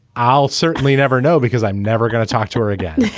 i'll certainly never know because i'm never going to talk to her again.